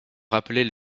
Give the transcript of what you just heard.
rappelait